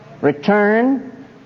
return